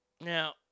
Now